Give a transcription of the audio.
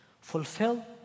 fulfill